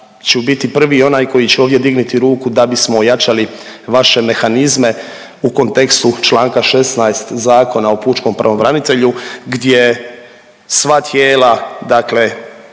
ću biti prvi onaj koji će ovdje dignuti ruku da bismo ojačali vaše mehanizme u kontekstu Članka 16. Zakona o pučkom pravobranitelju gdje sva tijela, dakle